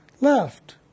left